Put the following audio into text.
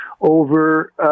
over